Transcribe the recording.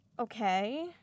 okay